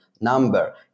number